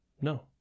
No